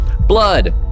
Blood